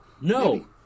No